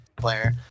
player